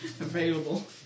available